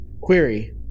Query